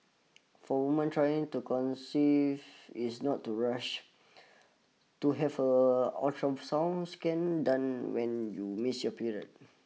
for woman trying to conceive is not to rush to have a ultrasound scan done when you miss your period